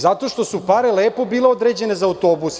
Zato što su pare lepo bile određene za autobuse.